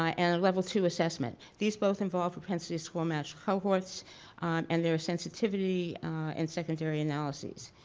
ah and level two assessment. these both involved propensity score matched cohorts and their sensitivity and secondary analyses.